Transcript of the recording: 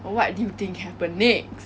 what do you think happened next